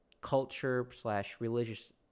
culture-slash-religious